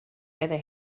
meddai